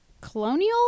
colonial